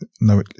no